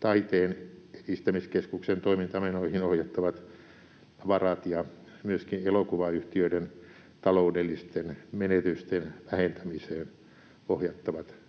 Taiteen edistämiskeskuksen toimintamenoihin ohjattavat varat ja myöskin elokuvayhtiöiden taloudellisten menetysten vähentämiseen ohjattavat